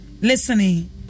listening